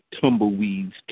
tumbleweeds